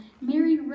Mary